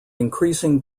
increasing